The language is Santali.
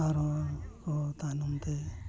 ᱟᱨᱦᱚᱸ ᱟᱠᱚ ᱛᱟᱭᱱᱚᱢ ᱛᱮ